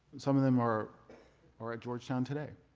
some of them are are at georgetown today.